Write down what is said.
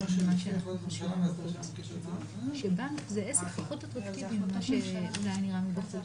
וכשאני רוצה להעביר ביני לבין השותף שלי התחשבנות מלקוח ששילם במזומן,